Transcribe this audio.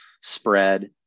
spread